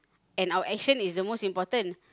and our actions is the most important